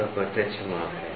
तो वह प्रत्यक्ष माप है